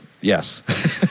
yes